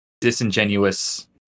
disingenuous